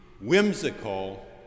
whimsical